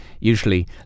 usually